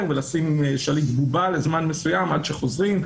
ולשים שליט בובה לזמן מסוים עד שחוזרים.